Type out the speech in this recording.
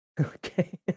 Okay